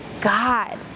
God